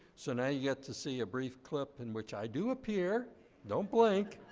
so now you get to see a brief clip in which i do appear don't blink